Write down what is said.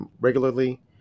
regularly